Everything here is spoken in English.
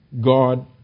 God